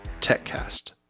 TechCast